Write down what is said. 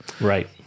Right